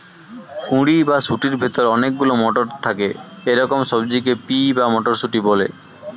কুঁড়ি বা শুঁটির ভেতরে অনেক গুলো মটর থাকে এরকম সবজিকে পি বা মটরশুঁটি বলে